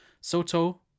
Soto